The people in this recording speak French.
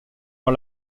par